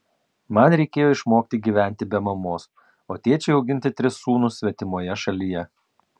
man reikėjo išmokti gyventi be mamos o tėčiui auginti tris sūnus svetimoje šalyje